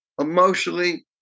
emotionally